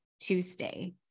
Tuesday